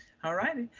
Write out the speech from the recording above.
alrighty.